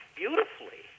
beautifully